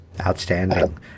Outstanding